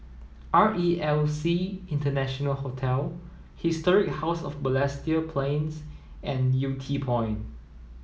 R E L C International Hotel Historic House of Balestier Plains and Yew Tee Point